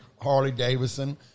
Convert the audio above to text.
Harley-Davidson